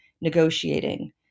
negotiating